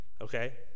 Okay